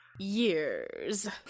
Years